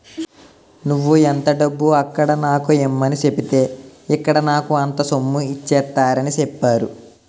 నువ్వు ఎంత డబ్బు అక్కడ నాకు ఇమ్మని సెప్పితే ఇక్కడ నాకు అంత సొమ్ము ఇచ్చేత్తారని చెప్పేరు